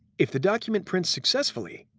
if the document prints successfully,